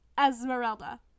Esmeralda